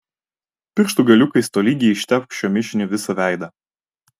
pirštų galiukais tolygiai ištepk šiuo mišiniu visą veidą